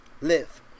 live